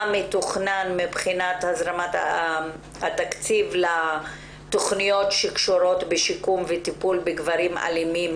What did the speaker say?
מתוכנן מבחינת הזרמת התקציב לתכניות שקשורות לשיקום וטיפול בגברים אלימים